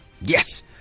yes